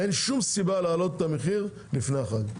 אין שום סיבה להעלות את המחיר לפי החג.